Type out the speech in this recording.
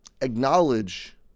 acknowledge